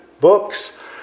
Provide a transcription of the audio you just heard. books